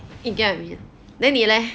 you get what I mean then 你 leh